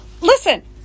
Listen